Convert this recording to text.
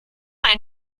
ein